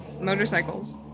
Motorcycles